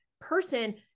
person